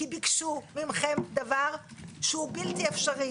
כי ביקשו מכם דבר שהוא בלתי אפשרי,